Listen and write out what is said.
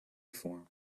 vor